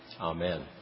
Amen